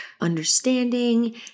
understanding